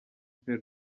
père